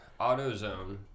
AutoZone